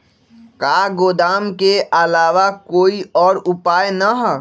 का गोदाम के आलावा कोई और उपाय न ह?